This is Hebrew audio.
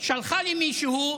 שלחה למישהו: